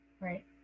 right